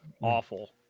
Awful